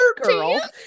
girl